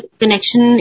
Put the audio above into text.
connection